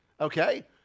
Okay